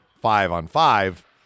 five-on-five